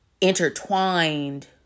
intertwined